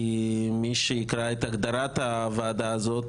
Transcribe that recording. כי מי שיקרא את הגדרת הוועדה הזאת,